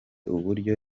uburyo